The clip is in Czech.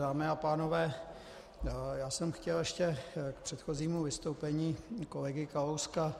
Dámy a pánové, já jsem chtěl ještě k předchozímu vystoupení kolegy Kalouska.